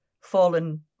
fallen